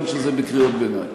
גם כשזה בקריאות ביניים.